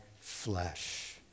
flesh